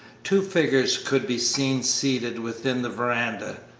two figures could be seen seated within the veranda,